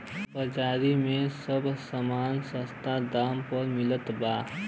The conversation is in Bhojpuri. बाजारी में सब समान सस्ता दाम पे मिलत बा